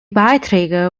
beiträge